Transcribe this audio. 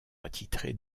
attitré